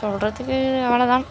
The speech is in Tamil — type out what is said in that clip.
சொல்கிறதுக்கு அவ்வளோ தான்